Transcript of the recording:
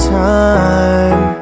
time